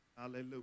Hallelujah